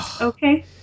Okay